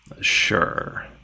Sure